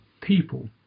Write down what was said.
people